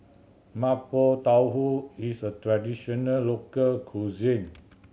Mapo Tofu is a traditional local cuisine